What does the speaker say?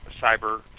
cyber